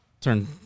turn